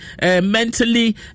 mentally